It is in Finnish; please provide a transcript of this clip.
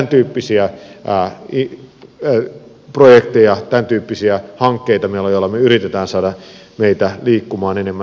meillä on tämäntyyppisiä projekteja tämäntyyppisiä hankkeita joilla me yritämme saada meitä liikkumaan enemmän